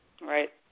Right